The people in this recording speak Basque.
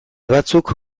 batzuk